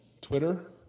Twitter